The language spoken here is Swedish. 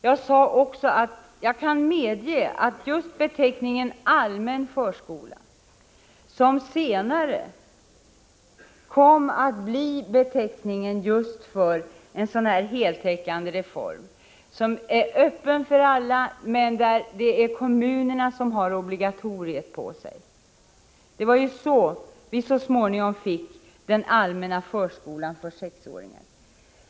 Jag sade också, att jag kan medge att just beteckningen obligatorisk förskola kan vara litet vilseledande. Det var ju ”allmän förskola” som kom att bli beteckningen för en förskola, öppen för alla — men där obligatoriet ligger på kommunerna och inte innebär att den är obligatorisk för barnen. Det var så vi så småningom utformade den allmänna förskolan för sexåringar.